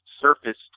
surfaced